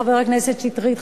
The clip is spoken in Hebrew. חבר הכנסת שטרית,